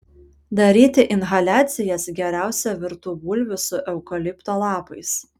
daryti inhaliacijas geriausia virtų bulvių su eukalipto lapais